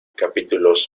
capítulos